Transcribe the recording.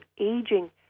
aging